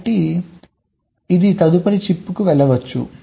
కాబట్టి ఇది తదుపరి చిప్కు వెళ్ళవచ్చు